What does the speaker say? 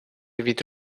від